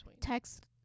text